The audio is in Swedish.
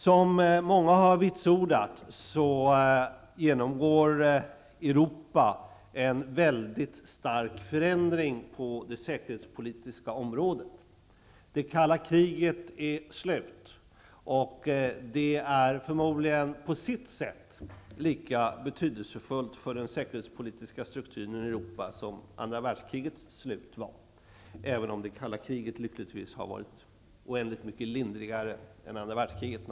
Som många har vitsordat genomgår Europa en väldigt stark förändring på det säkerhetspolitiska området. Det kalla kriget är slut, och det är förmodligen på sitt sätt lika betydelsefullt för den säkerhetspolitiska strukturen i Europa som andra världskrigets slut var, även om det kalla kriget lyckligtvis har varit oändligt mycket lindrigare än andra världskriget.